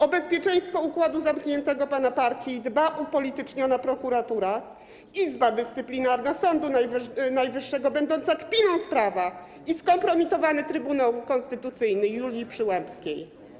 O bezpieczeństwo układu zamkniętego pana partii dba upolityczniona prokuratura, Izba Dyscyplinarna Sądu Najwyższego będąca kpiną z prawa i skompromitowany Trybunał Konstytucyjny Julii Przyłębskiej.